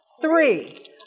Three